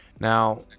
now